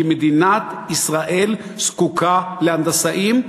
כי מדינת ישראל זקוקה להנדסאים,